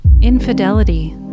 Infidelity